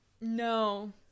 No